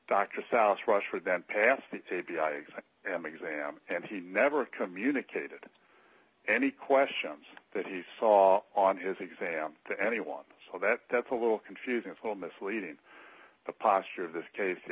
i am exam and he never communicated any questions that he saw on his exam to anyone so that's a little confusing for misleading the posture of this case the